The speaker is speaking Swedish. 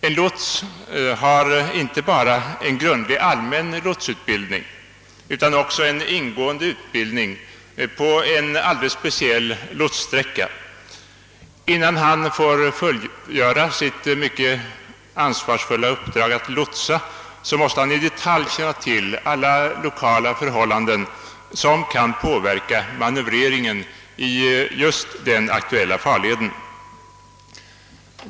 En lots har inte bara en grundlig allmän lotsutbildning utan också en ingående utbildning på en alldeles speciell lotssträcka. Innan han får fullgöra sitt mycket ansvarsfulla uppdrag att lotsa, måste han i detalj känna till alla lokala förhållanden som kan påverka manöÖvreringen i just den aktuella farleden.